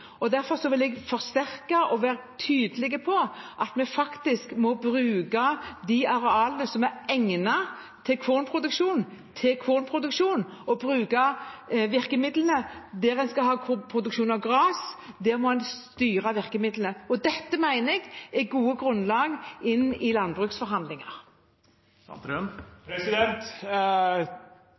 kornproduksjon. Derfor vil jeg forsterke og være tydelig på at vi må bruke de arealene som er egnet for kornproduksjon, til kornproduksjon, og der en skal ha produksjon av gress, må en styre virkemidlene. Dette mener jeg er et godt grunnlag inn i